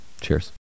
Cheers